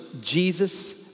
Jesus